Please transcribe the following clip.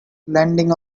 landing